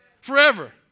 Forever